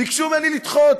ביקשו ממני לדחות.